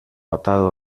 atado